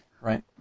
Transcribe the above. right